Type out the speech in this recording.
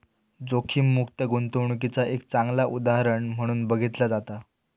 जोखीममुक्त गुंतवणूकीचा एक चांगला उदाहरण म्हणून बघितला जाता